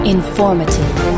informative